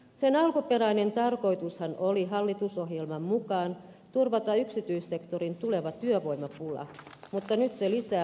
sen alkuperäinen tarkoitushan oli hallitusohjelman mukaan turvata yksityissektorin tuleva työvoimapula mutta nyt se lisää vaan työttömien määrää